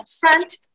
front